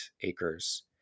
acres